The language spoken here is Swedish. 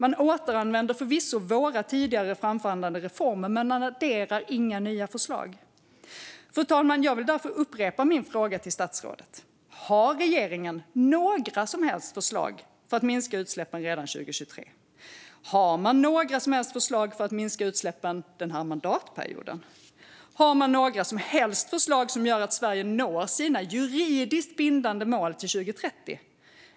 Man återanvänder förvisso våra tidigare framförhandlade reformer, men man adderar inga nya förslag. Fru talman! Jag vill därför upprepa mina frågor till statsrådet: Har regeringen några som helst förslag för att minska utsläppen redan 2023? Har man några som helst förslag för att minska utsläppen den här mandatperioden? Har man några som helst förslag som gör att Sverige når sina juridiskt bindande mål till 2030?